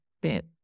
bit